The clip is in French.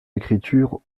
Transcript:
écriture